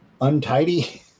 untidy